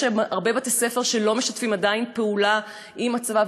יש הרבה בתי-ספר שעדיין לא משתפים פעולה עם הצבא,